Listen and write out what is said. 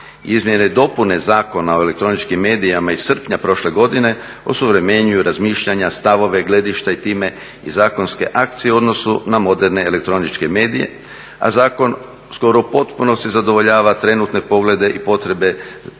Izmjene i dopune Zakona o elektroničkim medijima iz srpnja prošle godine osuvremenjuju razmišljanja, stavove, gledišta i time i zakonske akcije u odnosu na moderne elektroničke medije a zakon skoro u potpunosti zadovoljava trenutne poglede i potrebe za